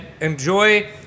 Enjoy